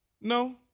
No